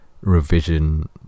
revision